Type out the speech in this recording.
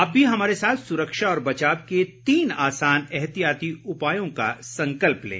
आप भी हमारे साथ सुरक्षा और बचाव के तीन आसान एहतियाती उपायों का संकल्प लें